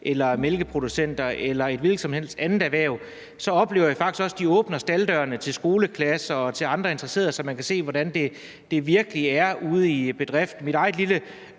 eller mælkeproducenter eller et hvilket som helst andet erhverv, oplever jeg faktisk også, at de åbner stalddørene til skoleklasser og til andre interesserede, så man kan se, hvordan det virkelig er ude i bedriften. Mit eget lille